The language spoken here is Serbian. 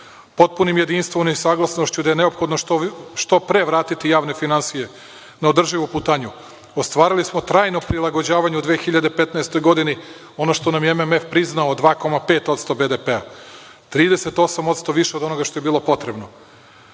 Potpunim jedinstvom i saglasnošću da je neophodno što pre vratiti javne finansije na održivu putanju ostvarili smo trajno prilagođavanje u 2015. godini, ono što nam je MMF priznao od 2,5% BDP-a, 38% više od onoga što je bilo potrebno. Snažnijim